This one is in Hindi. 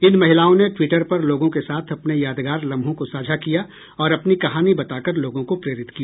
इन महिलाओं ने ट्विटर पर लोगों के साथ अपने यादगार लम्हों को साझा किया और अपनी कहानी बताकर लोगों को प्रेरित किया